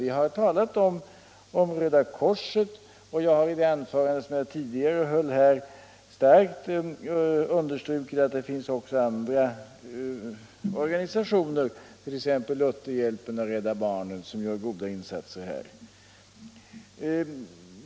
Vi har talat om Röda korset, och jag har i mitt tidigare anförande kraftigt understrukit att det också finns andra organisationer, t.ex. Lutherhjälpen och Rädda barnen, som gör goda insatser.